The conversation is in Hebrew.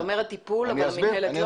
אתה אומר שהטיפול כן והמינהלת לא?